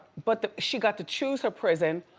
but she got to choose her prison,